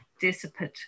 dissipate